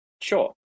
Sure